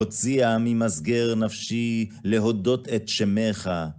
הוציאה ממסגר נפשי להודות את שמך.